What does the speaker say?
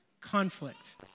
conflict